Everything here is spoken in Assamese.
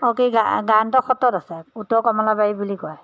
অঁ কি গা গায়নত সত্ৰত আছে উত্তৰ কমলাবাৰী বুলি কয়